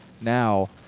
now